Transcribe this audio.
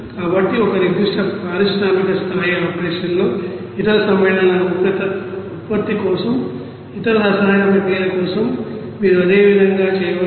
కాబట్టి ఒక నిర్దిష్ట పారిశ్రామిక స్థాయి ఆపరేషన్లో ఇతర సమ్మేళనాల ఉత్పత్తి కోసం ఇతర రసాయన ప్రక్రియల కోసం మీరు అదే విధంగా చేయవచ్చు